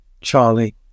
Charlie